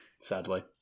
sadly